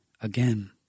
Again